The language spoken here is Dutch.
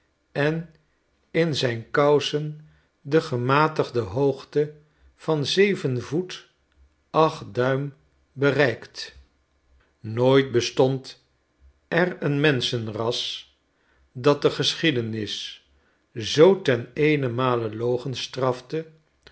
en in zijn kousen de gematigde hoogte van zeven voet acht duim bereikt nooit bestond er een menschenras dat de geschiedenis zoo ten eenenmale logenstrafte